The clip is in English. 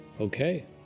okay